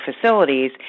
facilities